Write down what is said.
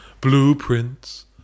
Blueprints